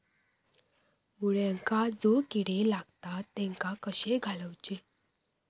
मुळ्यांका जो किडे लागतात तेनका कशे घालवचे?